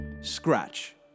Scratch